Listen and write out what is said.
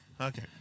Okay